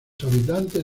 habitantes